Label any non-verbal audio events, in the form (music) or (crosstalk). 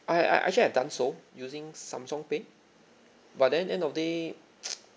I I actually have done so using Samsung pay but then end of day (noise)